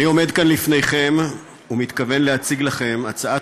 אני עומד כאן לפניכם ומתכוון להציג לכם הצעת